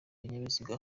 ibinyabiziga